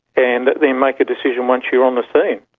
and then make a decision once you're on the scene.